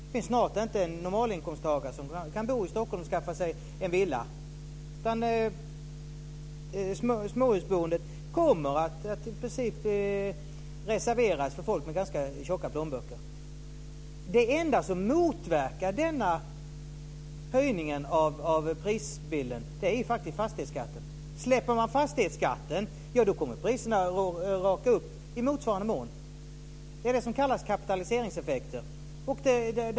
Det finns snart inte någon normalinkomsttagare som kan skaffa sig en villa i Stockholm, utan småhusboendet kommer i princip att vara reserverat för folk med ganska tjocka plånböcker. Det enda som motverkar denna höjning när det gäller prisbilden är faktiskt fastighetsskatten. Släpps denna kommer priserna att i motsvarande mån raka i höjden - s.k. kapitaliseringseffekter.